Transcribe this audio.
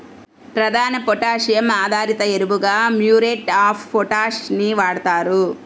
ప్రధాన పొటాషియం ఆధారిత ఎరువుగా మ్యూరేట్ ఆఫ్ పొటాష్ ని వాడుతారు